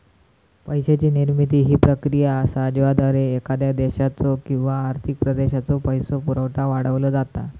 पैशाची निर्मिती ही प्रक्रिया असा ज्याद्वारा एखाद्या देशाचो किंवा आर्थिक प्रदेशाचो पैसो पुरवठा वाढवलो जाता